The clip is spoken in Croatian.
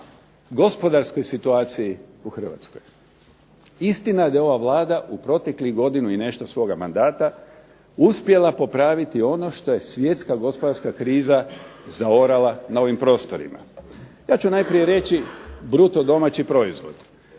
gospodarskoj situaciji u Hrvatskoj. Istina je da je ova Vlada u proteklih godinu i nešto svoga mandata uspjela popraviti ono što je svjetska gospodarska kriza zaorala na ovim prostorima. Ja ću najprije reći bruto domaći proizvod.